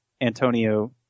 Antonio